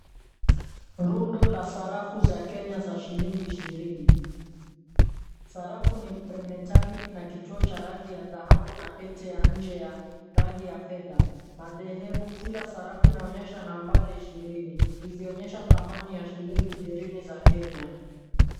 Rundo la sarafu za Kenya za shilingi ishirini. Sarafu ni bimetallic na kituo cha rangi ya dhahabu na pete ya nje ya rangi ya fedha. Madhehebu, kila sarafu inaonyesha nambari ishirini ikionyesha thamani ya shilingi ishirini za Kenya.